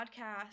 podcast